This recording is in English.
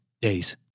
days